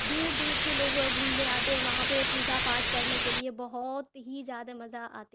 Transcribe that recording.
دور دور سے لوگ گھومنے آتے ہیں وہاں پہ پوجا پاٹھ کرنے کے لیے بہت ہی زیادہ مزہ آتے